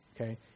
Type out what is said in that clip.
Okay